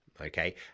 Okay